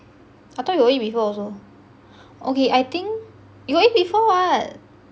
I thought you got eat before also okay I think you got eat before [what]